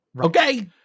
Okay